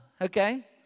okay